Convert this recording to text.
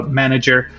manager